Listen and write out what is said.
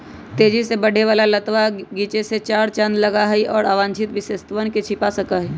तेजी से बढ़े वाला लतवा गीचे में चार चांद लगावा हई, और अवांछित विशेषतवन के छिपा सका हई